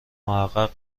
محقق